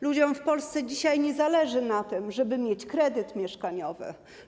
Ludziom w Polsce dzisiaj nie zależy na tym, żeby mieć kredyt mieszkaniowy.